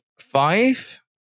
five